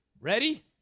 Ready